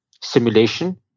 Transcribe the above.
simulation